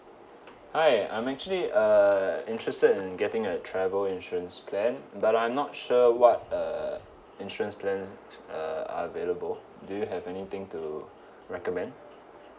hi I'm actually uh interested in getting a travel insurance plan but I'm not sure what uh insurance plans uh are available do you have anything to recommend